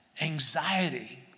anxiety